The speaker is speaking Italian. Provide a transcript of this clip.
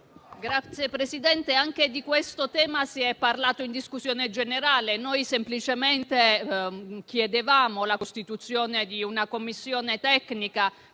Signor Presidente, anche di questo tema si è parlato in discussione generale. Semplicemente, noi chiedevamo la costituzione di una commissione tecnica,